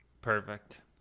Perfect